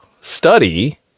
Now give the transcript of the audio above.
study